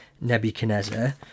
Nebuchadnezzar